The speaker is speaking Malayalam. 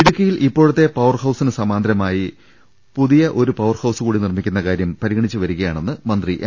ഇടുക്കിയിൽ ഇപ്പോഴത്തെ പവർഹൌസിന് സമാന്തരമായി പുതിയ ഒരു പവർഹൌസ് കൂടി നിർമിക്കുന്ന കാര്യം പരിഗണിച്ചു വരിക യാണെന്ന് മന്ത്രി എം